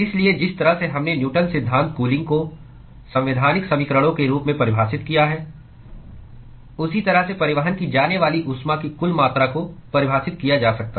इसलिए जिस तरह से हमने न्यूटन सिद्धांत कूलिंग को संवैधानिक समीकरणों के रूप में परिभाषित किया है उसी तरह से परिवहन की जाने वाली ऊष्मा की कुल मात्रा को परिभाषित किया जा सकता है